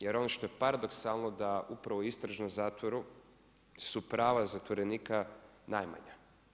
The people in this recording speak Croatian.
Jer ono što je paradoksalno da upravo u istražnom zatvoru su prava zatvorenika najmanja.